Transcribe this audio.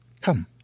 Come